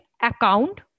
account